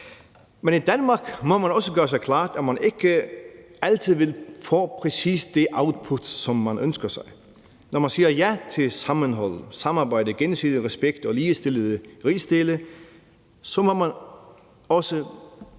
Men i Danmark må man også gøre sig klart, at man ikke altid vil få præcis det output, som man ønsker sig. Når man siger ja til sammenhold, til samarbejde, gensidig respekt og ligestillede rigsdele, så må man også